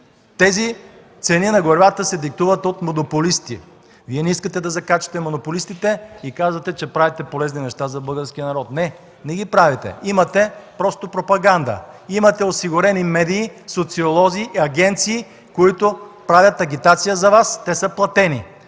Тези цени на горивата се диктуват от монополисти и Вие не искате да закачате монополистите и казвате, че правите полезни неща за българския народ. Не, не ги правите – просто имате пропаганда! Имате осигурени медии, социолози, агенции, които правят агитация за Вас. Те са платени,